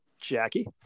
Jackie